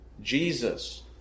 Jesus